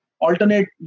alternate